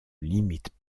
limitent